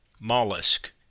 Mollusk